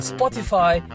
Spotify